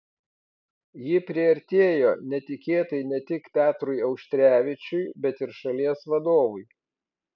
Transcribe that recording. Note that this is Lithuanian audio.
ji priartėjo netikėtai ne tik petrui auštrevičiui bet ir šalies vadovui